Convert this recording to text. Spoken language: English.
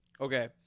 okay